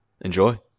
Enjoy